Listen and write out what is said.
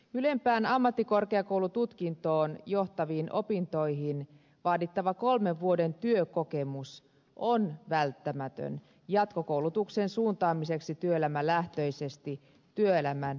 ylempään ammattikorkeakoulututkintoon johtaviin opintoihin vaadittava kolmen vuoden työkokemus on välttämätön jatkokoulutuksen suuntaamiseksi työelämälähtöisesti työelämän kehittämistutkinnoksi